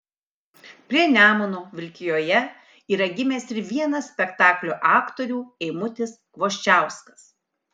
prie nemuno vilkijoje yra gimęs ir vienas spektaklio aktorių eimutis kvoščiauskas